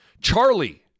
Charlie